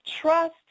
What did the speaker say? trust